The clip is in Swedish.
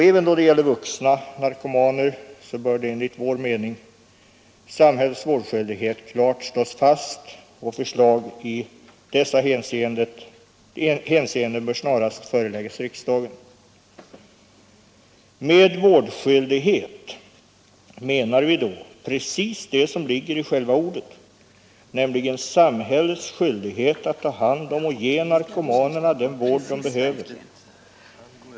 Även när det gäller vuxna narkomaner bör enligt vår mening samhällets vårdskyldighet klart slås fast, och förslag i dessa hänseenden bör snarast föreläg; Med vårdskyldighet menar vi då precis det som ligger i själva ordet, nämligen samhällets skyldighet att ta hand om och ge narkomanerna den vård de behöver.